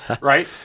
Right